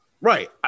Right